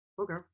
Okay